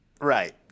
Right